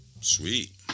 Sweet